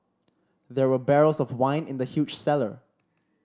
there were barrels of wine in the huge cellar